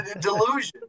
delusion